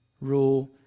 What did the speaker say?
rule